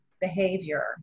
behavior